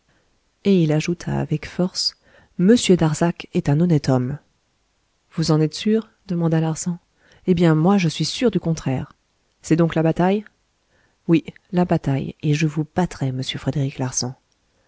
et il ajouta avec force m darzac est un honnête homme vous en êtes sûr demanda larsan eh bien moi je suis sûr du contraire c'est donc la bataille oui la bataille et je vous battrai monsieur frédéric larsan